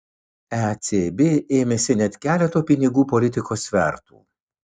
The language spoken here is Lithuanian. ecb ėmėsi net keleto pinigų politikos svertų